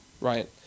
Right